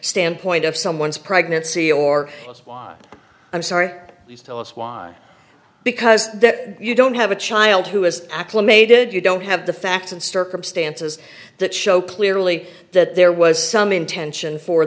standpoint of someone's pregnancy or that's why i'm sorry please tell us why because you don't have a child who has acclimated you don't have the facts and circumstances that show clearly that there was some intention for